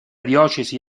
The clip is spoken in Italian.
diocesi